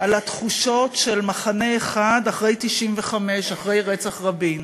על התחושות של מחנה אחד אחרי 1995, אחרי רצח רבין.